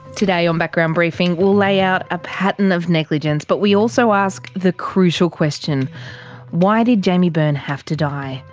today on background briefing we'll lay out a pattern of negligence. but we also ask the crucial question why did jaimie byrne have to die?